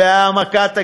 והעמקת הגירעון.